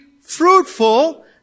fruitful